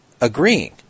agreeing